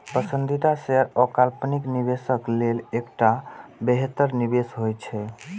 पसंदीदा शेयर अल्पकालिक निवेशक लेल एकटा बेहतर निवेश होइ छै